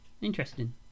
Interesting